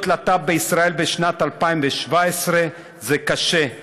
להיות להט"ב בישראל בשנת 2017 זה קשה.